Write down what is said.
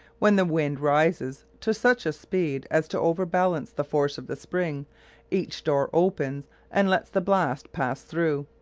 when the wind rises to such a speed as to overbalance the force of the spring each door opens and lets the blast pass through.